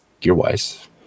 gear-wise